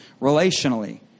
relationally